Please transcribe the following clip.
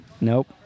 Nope